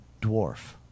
dwarf